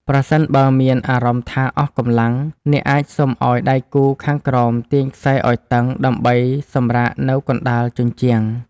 ប្រសិនបើមានអារម្មណ៍ថាអស់កម្លាំង អ្នកអាចសុំឱ្យដៃគូខាងក្រោមទាញខ្សែឱ្យតឹងដើម្បីសម្រាកនៅកណ្ដាលជញ្ជាំង។